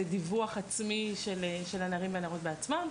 מדובר בדיווח עצמי של הנערים והנערות בעצמם,